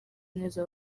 neza